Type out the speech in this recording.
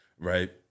right